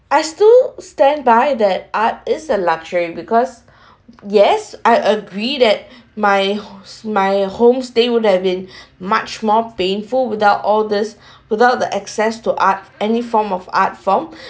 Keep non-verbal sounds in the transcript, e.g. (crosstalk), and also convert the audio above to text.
I still stand by that art is a luxury because (breath) yes I agree that my hou~ my home stay would have been (breath) much more painful without all these (breath) without the access to art any form of art form (breath)